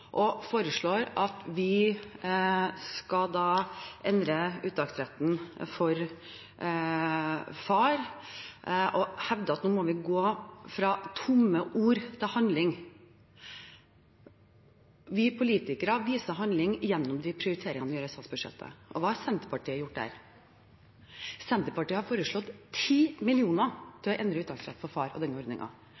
og foreslå at vi skal endre uttaksretten for far og hevde at nå må vi gå fra tomme ord til handling. Vi politikere viser handling gjennom de prioriteringene vi gjør i statsbudsjettet. Hva har Senterpartiet gjort? Senterpartiet har foreslått